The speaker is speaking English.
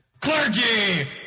Clergy